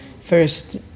first